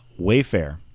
Wayfair